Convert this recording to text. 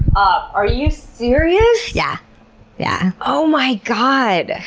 are you serious! yeah yeah oh my god.